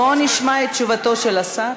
בואו נשמע את תשובתו של השר.